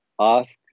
ask